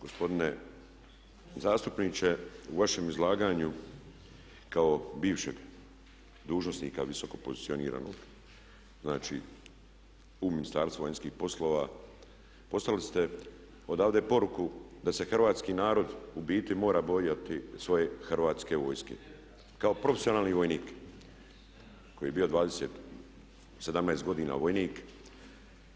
Gospodine zastupniče, u vašem izlaganju kao bivšeg dužnosnika visoko pozicioniranog, znači u Ministarstvo vanjskih poslova poslali ste odavde poruku da se Hrvatski narod u biti mora bojati svoje Hrvatske vojske kao profesionalni vojnik koji je bio 17 godina vojnik